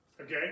okay